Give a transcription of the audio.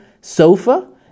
sofa